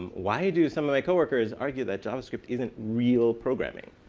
why do some of my coworkers argue that javascript isn't real programming?